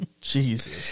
Jesus